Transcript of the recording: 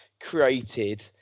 created